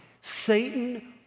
Satan